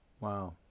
Wow